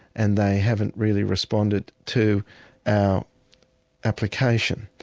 and they haven't really responded to our application.